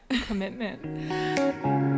commitment